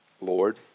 Lord